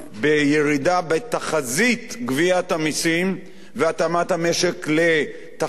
בתחזית גביית המסים והתאמת המשק לתחזית כזאת,